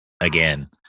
again